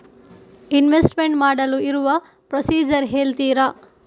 Investment ಮಾಡಲು ಇರುವ procedure ಹೇಳ್ತೀರಾ?